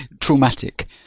traumatic